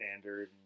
standard